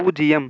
பூஜ்ஜியம்